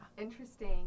interesting